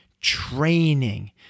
Training